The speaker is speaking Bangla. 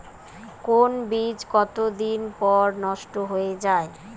কোন বীজ কতদিন পর নষ্ট হয়ে য়ায়?